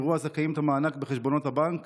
יראו הזכאים את המענק בחשבונות הבנק